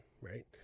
right